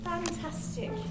Fantastic